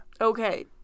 Okay